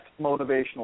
motivational